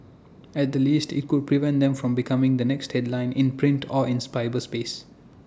at the least IT could prevent them from becoming the next headline in print or in cyberspace